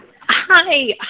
Hi